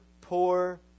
poor